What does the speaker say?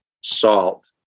salt